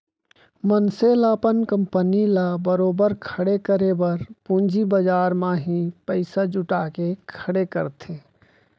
मनसे ल अपन कंपनी ल बरोबर खड़े करे बर पूंजी बजार म ही पइसा जुटा के खड़े करथे